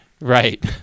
right